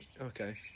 Okay